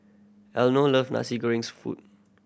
Elenor love nasi gorengs food